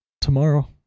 tomorrow